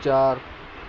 چار